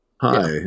Hi